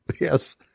Yes